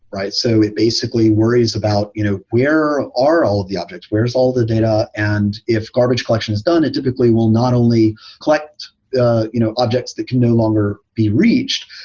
right? so it basically worries about you know where are all of the objects? where are all the data? and if garbage collection is done, it typically will not only collect ah you know objects that can no longer be reached.